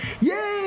yay